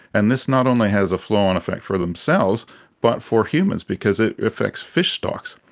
and this not only has a flow-on effect for themselves but for humans because it affects fish stocks.